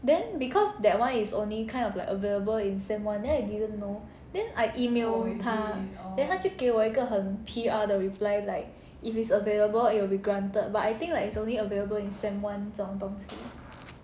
then because that one is only kind of like available in sem one then I didn't know then I email 他 then 他就给我一个很 P_R 的 reply like if it's available it will be granted but I think like is only available in sem one 这种东西